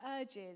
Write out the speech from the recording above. urges